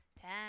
ten